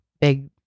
Big